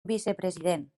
vicepresident